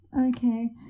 Okay